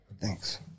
Thanks